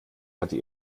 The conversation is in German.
hatte